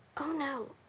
oh, no.